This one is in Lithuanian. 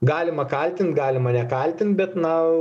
galima kaltint galima nekaltint bet na